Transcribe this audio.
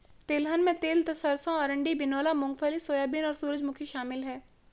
तिलहन में तिल सरसों अरंडी बिनौला मूँगफली सोयाबीन और सूरजमुखी शामिल है